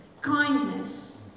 kindness